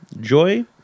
Joy